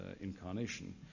incarnation